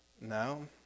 no